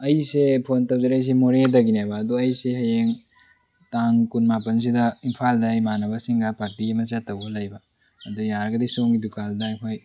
ꯑꯩꯁꯦ ꯐꯣꯟ ꯇꯧꯖꯔꯛꯏꯁꯦ ꯃꯣꯔꯦꯗꯒꯤꯅꯦꯕ ꯑꯗꯣ ꯑꯩꯁꯦ ꯍꯌꯦꯡ ꯇꯥꯡ ꯀꯨꯟ ꯃꯥꯄꯜꯁꯤꯗ ꯏꯝꯐꯥꯜꯗ ꯏꯃꯥꯅꯕꯁꯤꯡꯒ ꯄꯥꯔꯇꯤ ꯑꯃ ꯆꯠꯇꯧꯕ ꯂꯩꯕ ꯑꯗ ꯌꯥꯔꯒꯗꯤ ꯁꯣꯝꯗꯤ ꯗꯨꯀꯥꯟꯗ ꯑꯩꯈꯣꯏ